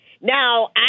now